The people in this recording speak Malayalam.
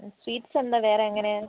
സ്വീറ്റ്സ് എന്താ വേറെ എങ്ങനെയാണ്